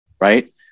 right